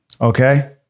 Okay